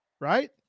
right